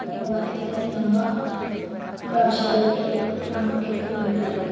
ನಮ್ಮ ಭಾರತದಲ್ಲಿ ನಮ್ಮ ಭಾಷೆಗಳಿಗೆ ಪ್ರಾಮುಖ್ಯತೆ ಕೊಡುತ್ತಾರೆ